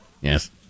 Yes